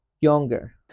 younger